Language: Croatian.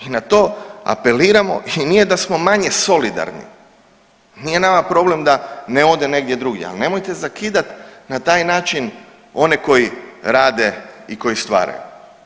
I na to apeliramo i nije da smo manje solidarni, nije nama problem da ne ode negdje drugdje, ali nemojte zakidat na taj način one koji rade i koji stvaraju.